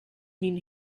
mean